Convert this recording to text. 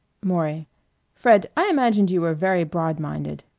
maury fred, i imagined you were very broad-minded.